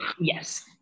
Yes